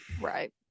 Right